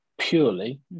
purely